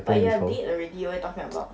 but you are dead already what you talking about